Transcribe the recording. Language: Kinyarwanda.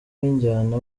w’injyana